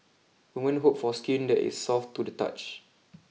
women hope for skin that is soft to the touch